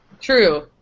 True